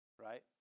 right